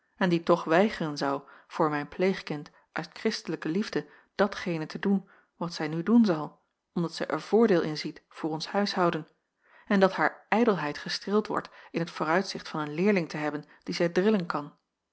en die toch weigeren zou voor mijn pleegkind uit kristelijke liefde datgene te doen wat zij nu doen zal omdat zij er voordeel in ziet voor ons huishouden en dat haar ijdelheid gestreeld wordt in t vooruitzicht van een leerling te hebben die zij drillen kan